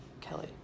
Kelly